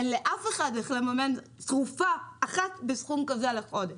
אין לאף אחד איך לממן תרופה אחת בסכום כזה לחודש.